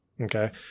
Okay